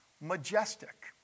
majestic